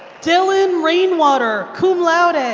dylan lenwater cum laude. and